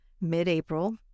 mid-April